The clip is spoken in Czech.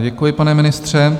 Děkuji, pane ministře.